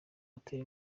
hotel